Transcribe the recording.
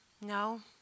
No